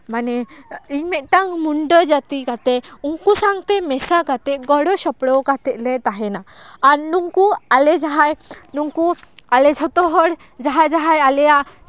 ᱤᱧ ᱢᱤᱫᱴᱟᱝ ᱢᱩᱱᱰᱟᱹ ᱡᱟᱹᱛᱤ ᱠᱟᱛᱮᱫ ᱩᱱᱠᱩ ᱥᱟᱶᱛᱮ ᱢᱮᱥᱟ ᱠᱟᱛᱮᱫ ᱜᱚᱲᱚ ᱥᱚᱯᱲᱚ ᱠᱟᱛᱮᱫ ᱞᱮ ᱛᱟᱦᱮᱱᱟ ᱟᱨ ᱱᱩᱝᱠᱩ ᱟᱞᱮ ᱡᱟᱦᱟᱸᱭ ᱱᱩᱠᱩ ᱟᱞᱮ ᱡᱷᱚᱛᱚ ᱦᱚᱲ ᱡᱟᱦᱟᱸᱭ ᱡᱟᱦᱟᱸᱭ ᱟᱞᱮᱭᱟᱜ